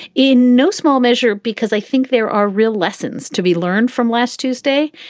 in no small measure, because i think there are real lessons to be learned from last tuesday.